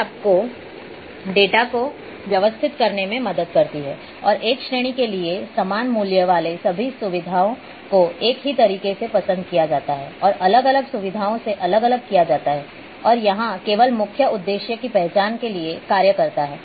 ये आपके डेटा को व्यवस्थित करने में मदद करते हैं और एक श्रेणी के लिए समान मूल्य वाले सभी सुविधाओं को एक ही तरीके से पसंद किया जाता है और अलग अलग सुविधाओं से अलग अलग किया जाता है और यहां केवल मुख्य उद्देश्य की पहचान करने के लिए कार्य करता है